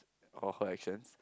or her actions